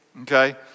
okay